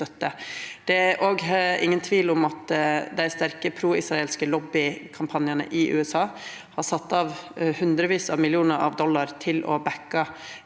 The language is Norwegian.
heller ingen tvil om at dei sterke proisraelske lobbykampanjane i USA har sett av hundrevis av millionar dollar til å bakka